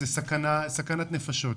זו סכנת נפשות.